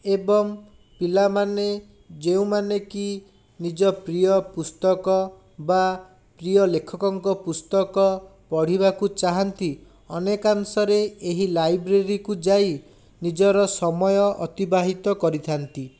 ଏବଂ ପିଲାମାନେ ଯେଉଁ ମାନେକି ନିଜ ପ୍ରିୟ ପୁସ୍ତକ ବା ପ୍ରିୟ ଲେଖକଙ୍କ ପୁସ୍ତକ ପଢ଼ିବାକୁ ଚାହାନ୍ତି ଅନେକାଂଶରେ ଏହି ଲାଇବ୍ରେରୀକୁ ଯାଇ ନିଜର ସମୟ ଅତିବାହିତ କରିଥାନ୍ତି